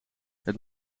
het